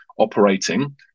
operating